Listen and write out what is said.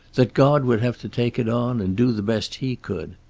that god would have to take it on, and do the best he could.